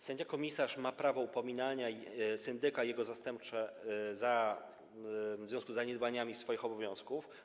Sędzia komisarz ma prawo upominania syndyka i jego zastępcy w związku z zaniedbaniami swoich obowiązków.